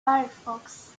firefox